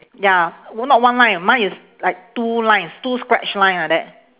ya not one line mine is like two lines two scratch line like that